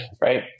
Right